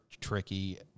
tricky